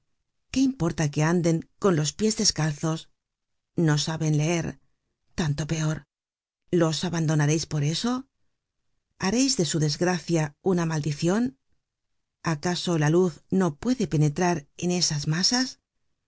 qué importa que anden con los pies descalzos no saben leer tanto peor los abandonareis por eso hareis de su desgracia una maldicion acaso la luz no puede penetrar en esas masas